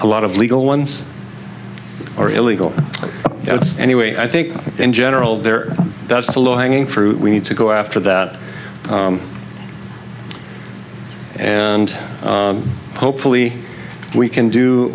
a lot of legal ones or illegal anyway i think in general there that's a low hanging fruit we need to go after that and hopefully we can do